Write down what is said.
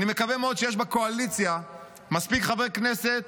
אני מקווה מאוד שיש בקואליציה מספיק חברי כנסת